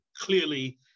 clearly